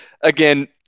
again